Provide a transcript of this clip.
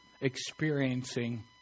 experiencing